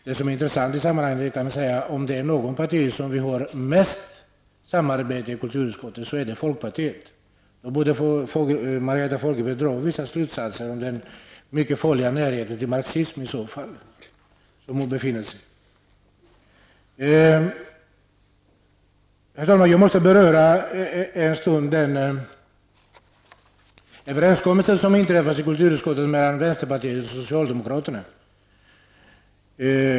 Det som är intressant i sammanhanget är att om det är något parti som vi har mycket samarbete med i kulturutskottet, så är det folkpartiet. Margareta Fogelberg borde i så fall dra vissa slutsatser av den mycket farliga närhet till marxismen som hon befinner sig i. Herr talman! Jag måste ägna en stund åt den överenskommelse som träffats i kulturutskottet mellan vänsterpartiet och socialdemokraterna.